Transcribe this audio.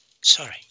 Sorry